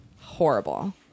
horrible